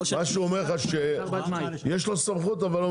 מה שהוא אומר לך זה שיש לו סמכות אבל הוא